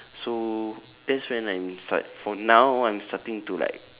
so that's when I decide from now on starting to like